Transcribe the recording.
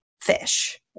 fish